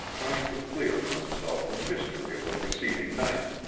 trying to clear for himself the mystery of the preceding night.